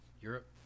europe